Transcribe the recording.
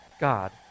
God